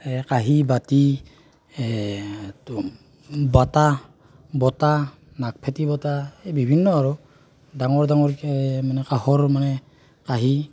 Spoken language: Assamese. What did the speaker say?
এই কাঁহী বাতি এইটো বাটাহ বটা নাগফেঁটী বটা এই বিভিন্ন আৰু ডাঙৰ ডাঙৰকৈ মানে কাঁহৰ মানে কাঁহী